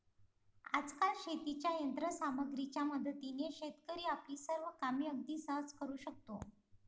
आजकाल शेतीच्या यंत्र सामग्रीच्या मदतीने शेतकरी आपली सर्व कामे अगदी सहज करू शकतो